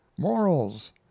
Morals